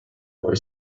boy